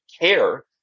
care